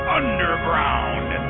underground